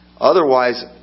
Otherwise